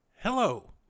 Hello